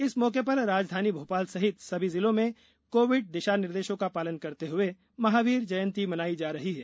इस मौके पर राजधानी भोपाल सहित सभी जिलों में कोविड दिशा निर्देशों का पालन करते हुए महावीर जयंती मनाई जा रही है